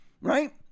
right